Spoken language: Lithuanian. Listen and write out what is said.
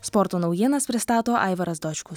sporto naujienas pristato aivaras dočkus